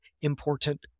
important